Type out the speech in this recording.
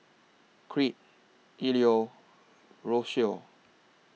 Crete Ilo Rocio